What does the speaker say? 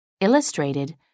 Illustrated